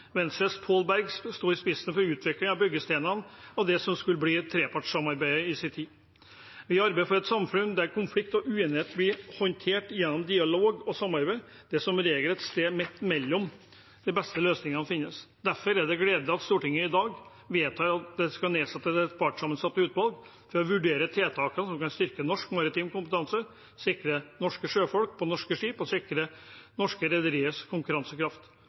Venstres Paal Berg sto i sin tid i spissen for utviklingen av byggesteinene i det som skulle bli trepartssamarbeidet. Vi arbeider for et samfunn der konflikt og uenighet blir håndtert gjennom dialog og samarbeid. Det er som regel et sted midt imellom de beste løsningene finnes. Derfor er det gledelig at Stortinget i dag vedtar at det skal nedsettes et partssammensatt utvalg for å vurdere tiltakene som kan styrke norsk maritim kompetanse, sikre norske sjøfolk på norske skip og sikre norske rederiers konkurransekraft.